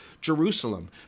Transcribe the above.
Jerusalem